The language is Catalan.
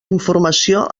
informació